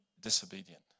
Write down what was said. disobedient